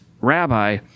rabbi